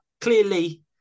clearly